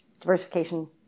diversification